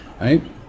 right